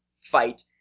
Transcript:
fight